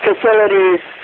facilities